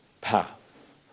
path